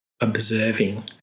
observing